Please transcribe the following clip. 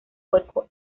hueco